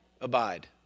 Abide